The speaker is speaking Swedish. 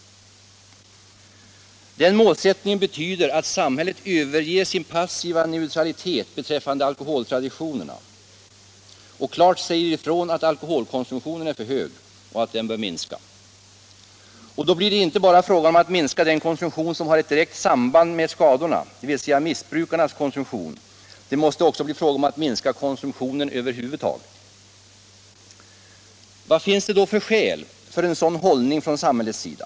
Den målsättningen betyder att samhället överger sin passiva neutralitet beträffande alkoholtraditionen och klart säger ifrån att alkoholkonsumtionen är för hög och att den bör minska. Och då blir det inte bara fråga om att minska den konsumtion som har ett direkt samband med skadorna, dvs. missbrukarnas konsumtion. Det måste också bli fråga om att minska konsumtionen över huvud taget. Vad finns det då för skäl för en sådan hållning från samhällets sida?